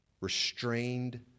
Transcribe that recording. restrained